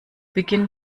beginn